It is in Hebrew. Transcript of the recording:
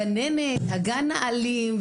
הגננת, הגן האלים.